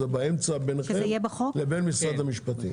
זה באמצע ביניכם לבין משרד המשפטים.